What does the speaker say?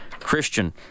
christian